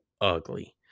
ugly